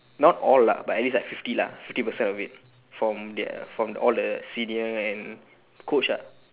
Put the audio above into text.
not all ah but at least like fifty lah fifty percent of it from the from all the senior and coach ah